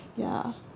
ya